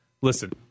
listen